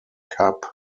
cup